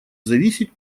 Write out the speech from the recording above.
зависеть